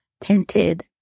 tinted